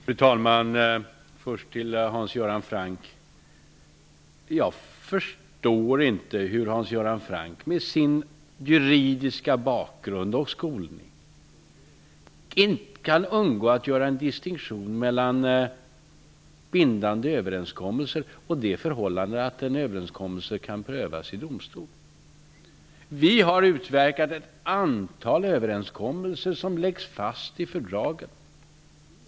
Fru talman! Jag vill först till Hans Göran Franck säga att jag inte förstår hur han med sin juridiska bakgrund och skolning inte kan undgå att göra en distinktion mellan bindande överenskommelser och det förhållandet att en överenskommelse kan prövas i domstol. Vi har utverkat ett antal överenskommelser som läggs fast i fördraget.